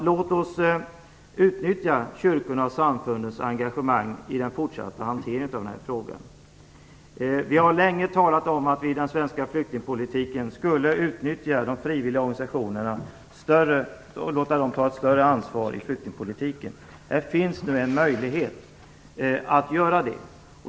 Låt oss utnyttja kyrkornas och samfundens engagemang i den fortsatta hanteringen av den här frågan. Vi har länge talat om att vi i den svenska flyktingpolitiken skulle utnyttja de frivilliga organisationerna och låta dem ta ett större ansvar i flyktingpolitiken. Det finns nu en möjlighet att göra det.